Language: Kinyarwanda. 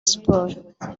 sports